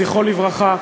זכרו לברכה,